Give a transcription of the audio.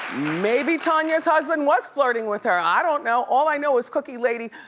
maybe tanya's husband was flirting with her, i don't know, all i know is cookie lady,